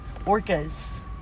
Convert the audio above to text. orcas